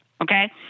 okay